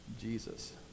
Jesus